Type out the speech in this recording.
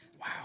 wow